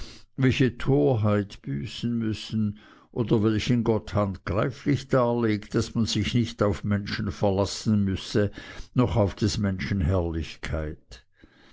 welche torheit büßen müssen oder welchen gott handgreiflich darlegt daß man sich nicht auf menschen verlassen müsse noch auf des menschen herrlichkeit